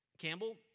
Campbell